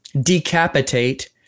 decapitate